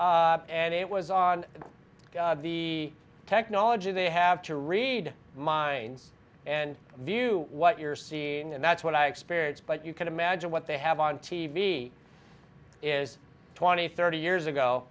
wormhole and it was on the technology they have to read minds and knew what you're seeing and that's what i experience but you can imagine what they have on cimi is twenty thirty years ago